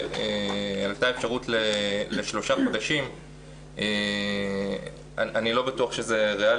עלתה אפשרות לשלושה חודשים ואני לא בטוח שזה ריאלי